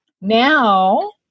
now